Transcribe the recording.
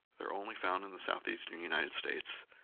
they're only found in the southeastern united states,